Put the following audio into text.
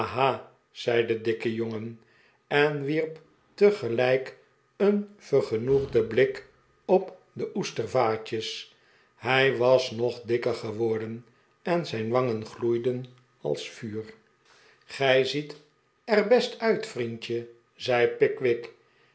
zei de dikke jongen en wierp tegelijk een vergenoegden blik op de oestervaatjes hij was nog dikker geworden en zijn wangen gloeideh als vuur gij ziet er best uit vriendje zei pickwick